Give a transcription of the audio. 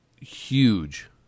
huge